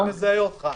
אני מזהה אותך.